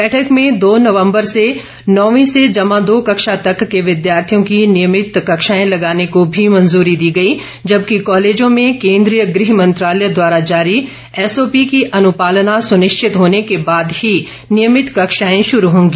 बैठक में दो नवम्बर से नवीं से जमा दो कक्षा तक के विद्यार्थियों की नियमित कक्षाएं लेने को भी मंजूरी दी गई जबकि कॉलेजों में भी केंद्रीय गृह मंत्रालय द्वारा जारी एसओपी की अनुपालना सुनिश्चित होने के बाद ही नियमित कक्षाएं शुरू होंगी